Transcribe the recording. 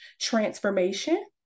transformation